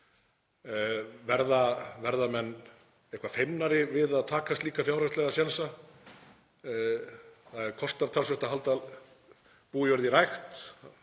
Verða menn eitthvað feimnari við að taka slíka fjárhagslega sénsa? Það kostar talsvert að halda bújörð í rækt,